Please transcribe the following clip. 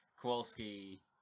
Kowalski